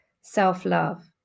self-love